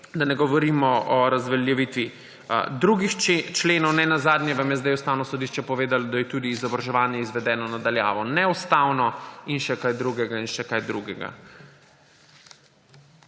Da ne govorimo o razveljavitvi drugih členov, ne nazadnje vam je zdaj Ustavno sodišče povedalo, da je tudi izobraževanje, izvedeno na daljavo, neustavno, in še kaj drugega in še kaj drugega.